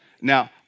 Now